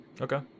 Okay